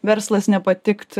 verslas nepatikt